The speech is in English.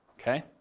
okay